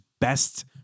best